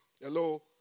Hello